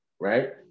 right